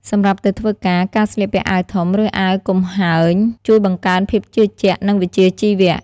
សម្រាប់ទៅធ្វើការ ការស្លៀកពាក់អាវធំ ឬអាវគំហើញ ជួយបង្កើនភាពជឿជាក់ និងវិជ្ជាជីវៈ។